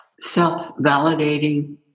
self-validating